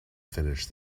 finish